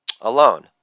alone